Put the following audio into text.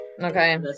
Okay